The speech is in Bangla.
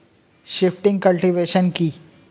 শিফটিং কাল্টিভেশন কি?